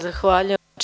Zahvaljujem.